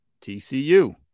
TCU